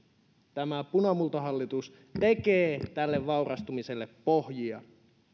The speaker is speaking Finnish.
tämä punamultahallitus tekee tälle vaurastumiselle pohjia